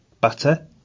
butter